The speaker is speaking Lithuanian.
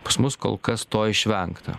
pas mus kol kas to išvengta